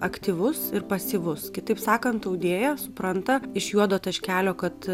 aktyvus ir pasyvus kitaip sakant audėja supranta iš juodo taškelio kad